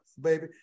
baby